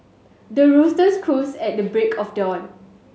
the roosters crows at the break of dawn